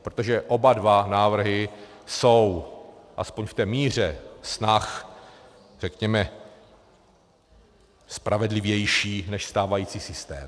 Protože oba dva návrhy jsou, alespoň v té míře snah, řekněme, spravedlivější než stávající systém.